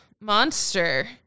monster